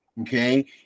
okay